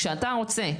כשאתה רוצה,